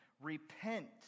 repent